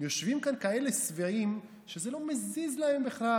יושבים כאן כאלה שבעים שזה לא מזיז להם בכלל,